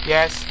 Yes